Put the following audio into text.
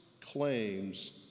claims